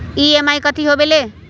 EMI कथी होवेले?